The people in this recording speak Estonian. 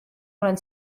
olen